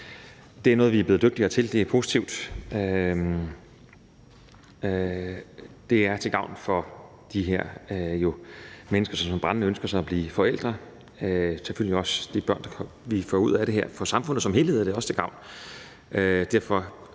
Det er noget, vi er blevet dygtigere til, og det er positivt, og det er til gavn for de her mennesker, som brændende ønsker sig at blive forældre, og selvfølgelig også for de børn, vi får ud af det her. For samfundet som helhed er det også til gavn.